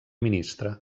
ministre